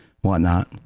whatnot